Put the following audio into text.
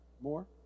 more